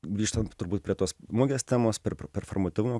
grįžtant turbūt prie tos mugės temos per performatyvumą